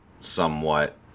somewhat